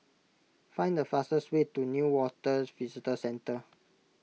find the fastest way to Newater Visitor Centre